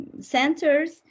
centers